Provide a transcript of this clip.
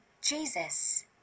Jesus